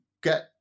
get